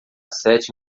sete